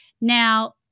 Now